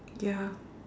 ya